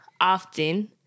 often